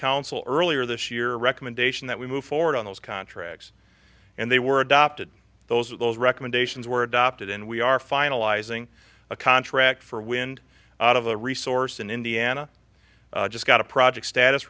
council earlier this year a recommendation that we move forward on those contracts and they were adopted those are those recommendations were adopted and we are finalizing a contract for a wind out of the resource in indiana i just got a project status